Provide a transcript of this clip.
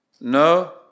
no